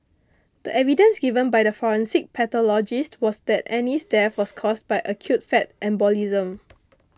the evidence given by the forensic pathologist was that Annie's death was caused by acute fat embolism